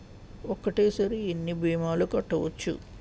ఒక్కటేసరి ఎన్ని భీమాలు కట్టవచ్చు?